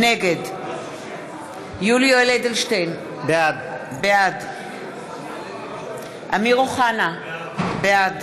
נגד יולי יואל אדלשטיין, בעד אמיר אוחנה, בעד